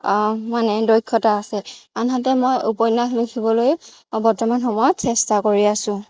মানে দক্ষতা আছে আনহাতে মই উপন্যাস লিখিবলৈ বৰ্তমান সময়ত চেষ্টা কৰি আছোঁ